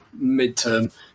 midterm